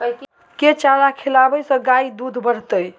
केँ चारा खिलाबै सँ गाय दुध बढ़तै?